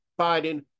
Biden